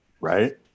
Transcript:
Right